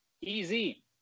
easy